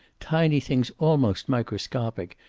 tiny things almost microscopic,